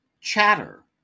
Chatter